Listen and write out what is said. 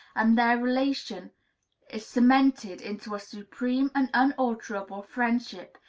and their relation is cemented into a supreme and unalterable friendship,